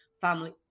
family